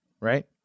right